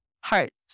Hearts